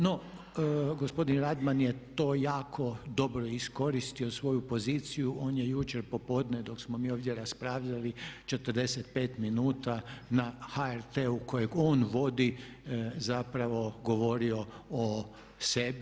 No, gospodin Radman je to jako dobro iskoristio svoju poziciju, on je jučer popodne dok smo mi ovdje raspravljali 45 minuta na HRT-u kojeg on vodi zapravo govorio o sebi.